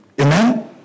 Amen